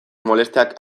molestiak